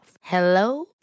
Hello